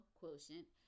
quotient